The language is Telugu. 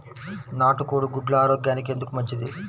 నాటు కోడి గుడ్లు ఆరోగ్యానికి ఎందుకు మంచిది?